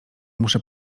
muszę